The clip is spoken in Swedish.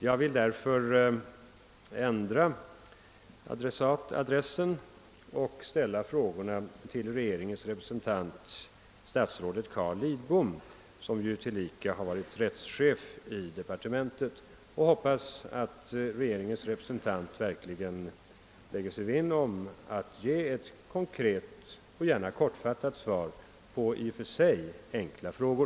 Jag vill därför ändra deras adress och ställa dem till regeringens representant statsrådet Carl Lidbom, som ju tillika varit rättschef inom justitiedepartementet. Jag hoppas att han verkligen skall lägga sig vinn om att ge ett konkret och gärna kortfattat svar på mina i och för sig enkla frågor.